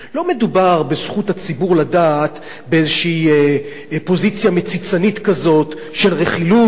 לא מדובר ב"זכות הציבור לדעת" באיזו פוזיציה מציצנית כזאת של רכילות,